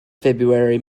february